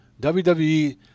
WWE